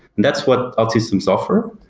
that's what outsystem software,